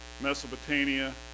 Mesopotamia